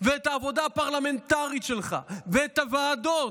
ואת העבודה הפרלמנטרית שלך ואת הוועדות,